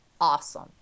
Awesome